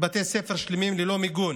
בתי ספר שלמים ללא מיגון.